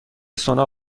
سونا